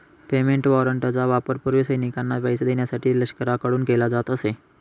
payment वॉरंटचा वापर पूर्वी सैनिकांना पैसे देण्यासाठी लष्कराकडून केला जात असे